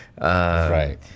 right